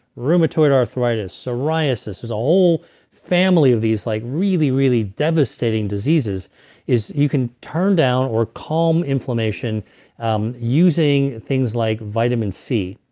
rheumatoid arthritis psoriasis. there's a whole family of these like really, really devastating diseases is you can turn down or calm inflammation um using things like vitamin c.